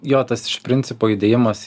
jo tas iš principo įdėjimas